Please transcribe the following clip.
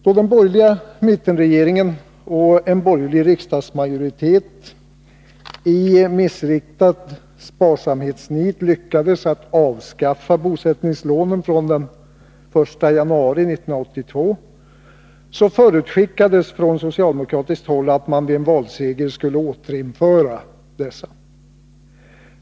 Då den borgerliga mittenregeringen och en borgerlig riksdagsmajoritet i missriktat sparsamhetsnit lyckades avskaffa bosättningslånen från den 1 januari 1982, förutskickades från socialdemokratiskt håll att man vid en valseger skulle återinföra dessa.